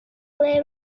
ble